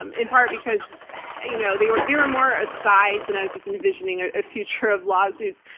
um in part, because you know they were they were more asides and i was just envisioning a ah future of lawsuits,